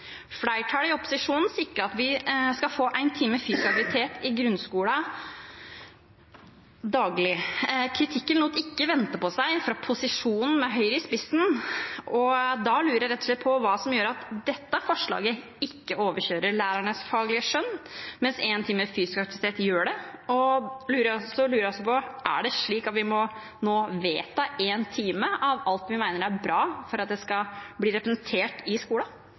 Flertallet i opposisjonen sikret at vi skal få en time fysisk aktivitet i grunnskolen daglig. Kritikken lot ikke vente på seg fra posisjonen, med Høyre i spissen. Da lurer jeg rett og slett på hva som gjør at dette forslaget ikke overkjører lærernes faglige skjønn, mens en time fysisk aktivitet gjør det. Jeg lurer også på om det er slik at vi nå må vedta en time av alt vi mener er bra, for at det skal bli representert i skolen.